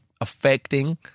affecting